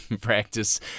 practice